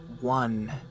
one